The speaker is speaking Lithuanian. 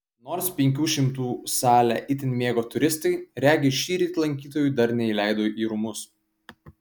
nors penkių šimtų salę itin mėgo turistai regis šįryt lankytojų dar neįleido į rūmus